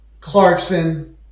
Clarkson